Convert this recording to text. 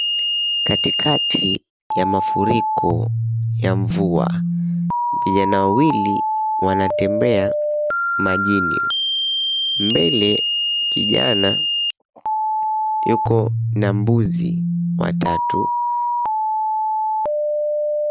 Katikati ya mafuriko ya mvua vijana wawili wanatembea majini. Mbele kijana yuko na mbuzi watatu.